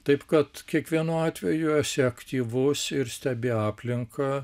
taip kad kiekvienu atveju esi aktyvus ir stebi aplinką